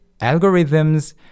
algorithms